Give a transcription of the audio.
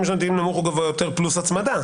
שנתיים נמוך או גבוה יותר" פלוס הצמדה.